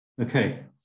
Okay